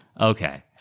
Okay